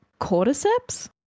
cordyceps